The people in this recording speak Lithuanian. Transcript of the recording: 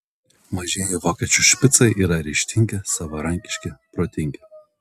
mažieji vokiečių špicai yra ryžtingi savarankiški protingi